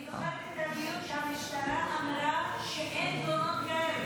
אני זוכרת את הדיון שהמשטרה אמרה שאין תלונות כאלה.